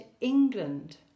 England